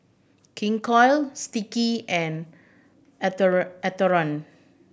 King Koil Sticky and Atherton